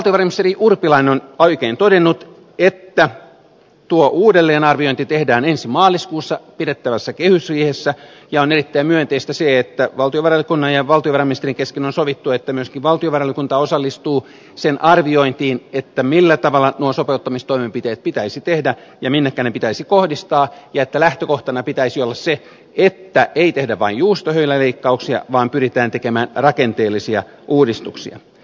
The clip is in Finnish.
valtiovarainministeri urpilainen on oikein todennut että tuo uudelleenarviointi tehdään ensi maaliskuussa pidettävässä kehysriihessä ja on erittäin myönteistä se että valtiovarainvaliokunnan ja valtiovarainministerin kesken on sovittu että myöskin valtiovarainvaliokunta osallistuu sen arviointiin millä tavalla nuo sopeuttamistoimenpiteet pitäisi tehdä ja minnekä ne pitäisi kohdistaa ja että lähtökohtana pitäisi olla se että ei tehdä vain juustohöyläleikkauksia vaan pyritään tekemään rakenteellisia uudistuksia